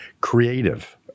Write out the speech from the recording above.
creative